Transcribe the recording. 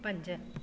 पंज